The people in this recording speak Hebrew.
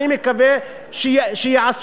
אני מקווה שיעשו,